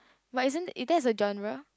but isn't is that a genre